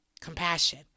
compassion